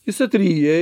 jis atryja